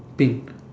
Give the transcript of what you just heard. pink